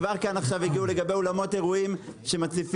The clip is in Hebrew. כבר עכשיו הגיעו לגבי אולמות אירועים שמציפים.